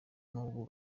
n’ubu